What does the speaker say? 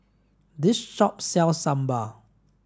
this shop sells sambal